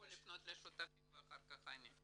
--- כדאי לפנות לשותפים ואחר כך אני.